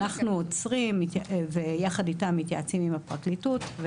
אנחנו עוצרים ויחד איתם מתייעצים עם הפרקליטות.